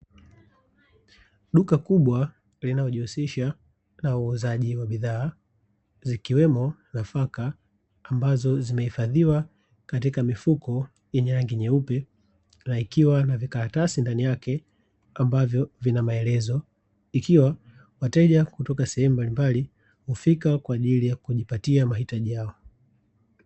Duka kubwa linalojihusisha na uuzajiwa bidhaa zikiwemo nafaka ambazo zimeifadhiwa katika mifuko yenye rangi nyeupe na ikiwa na vikaratasi ndani yake ambavyo vina maelezo, ikiwa wateja kutoka sehemu mbalimblai kufika kwajili ya kujipatia mahitaji yao.